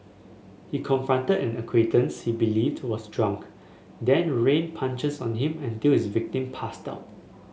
he confronted an acquaintance he believed was drunk then rained punches on him until his victim passed out